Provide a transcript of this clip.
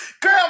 Girl